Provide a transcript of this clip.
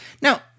now